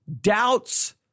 Doubts